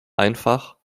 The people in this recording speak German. einfach